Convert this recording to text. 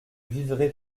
vivrai